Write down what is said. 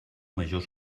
major